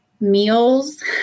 meals